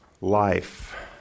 Life